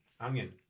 Onion